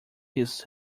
his